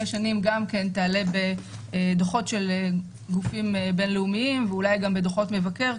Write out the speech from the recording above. שנים גם כן תעלה בדוחות של גופים בין-לאומיים ואולי גם בדוחות המבקר,